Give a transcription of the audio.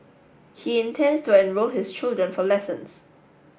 he intends to enrol his children for lessons